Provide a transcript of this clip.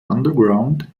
underground